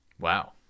Wow